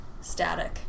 static